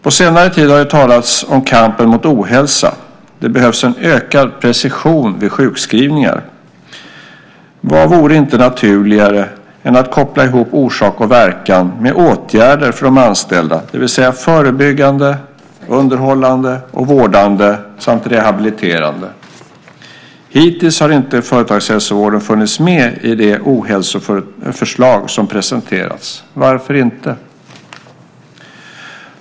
På senare tid har det talats om kampen mot ohälsa. Det behövs en ökad precision vid sjukskrivningar. Vad vore naturligare än att koppla ihop orsak och verkan med åtgärder för de anställda, det vill säga förebyggande, underhållande och vårdande samt rehabiliterande? Hittills har inte företagshälsovården funnits med i de ohälsoförslag som presenterats. Varför inte?